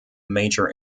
major